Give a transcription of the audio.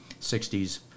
60s